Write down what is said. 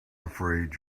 afraid